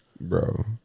Bro